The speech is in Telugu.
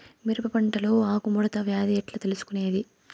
మిరప పంటలో ఆకు ముడత వ్యాధి ఎట్లా తెలుసుకొనేది?